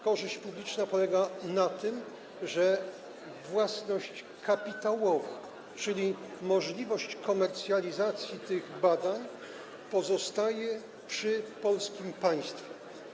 Korzyść publiczna polega na tym, że własność kapitałowa, czyli możliwość komercjalizacji tych badań, pozostaje przy polskim państwie.